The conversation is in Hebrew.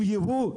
עם יבוא,